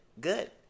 good